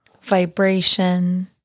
vibration